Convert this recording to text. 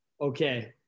okay